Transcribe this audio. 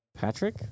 Patrick